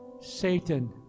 satan